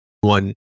one